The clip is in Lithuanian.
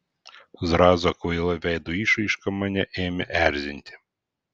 zrazo kvaila veido išraiška mane ėmė erzinti